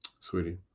sweetie